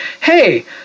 hey